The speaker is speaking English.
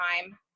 time